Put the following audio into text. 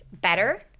better